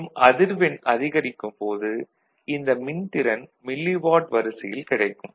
மேலும் அதிர்வெண் அதிகரிக்கும் போது இந்த மின்திறன் மில்லி வாட் வரிசையில் கிடைக்கும்